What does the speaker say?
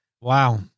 Wow